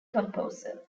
composer